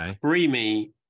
creamy